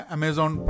Amazon